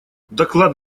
доклад